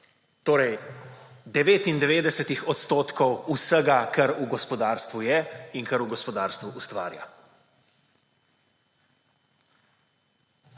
torej 99 odstotkov vsega, kar v gospodarstvu je in kar v gospodarstvu ustvarja.